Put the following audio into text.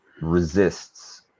resists